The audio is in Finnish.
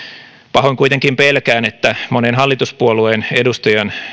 pahoin kuitenkin pelkään että monen hallituspuolueen edustajan